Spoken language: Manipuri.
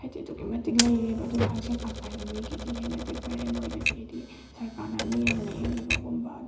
ꯍꯥꯏꯗꯤ ꯑꯗꯨꯛꯀꯤ ꯃꯇꯤꯛ ꯂꯩꯔꯦꯕ ꯑꯗꯨꯅ ꯍꯛꯁꯦꯜ ꯀꯥꯠ ꯄꯥꯏꯕ ꯃꯤꯒꯤꯗꯤ ꯍꯦꯟꯅꯗꯤ ꯐꯔꯦ ꯃꯣꯏꯗꯗꯤ ꯍꯥꯏꯗꯤ ꯁꯔꯀꯥꯔꯅ ꯂꯦꯝꯅ ꯂꯥꯏꯌꯦꯡꯕꯤꯕꯒꯨꯝꯕ